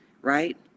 Right